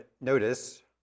notice